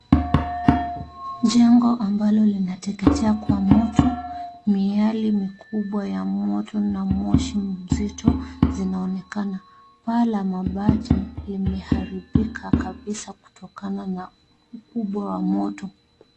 Jengo ambalo linateketea kwa moto. Miale mikubwa ya moto na moshi mzito zinaonekana. Paa la mabati limeharibika kabisa kutokana na ukubwa wa moto.